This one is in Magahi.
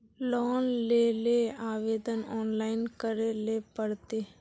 लोन लेले आवेदन ऑनलाइन करे ले पड़ते?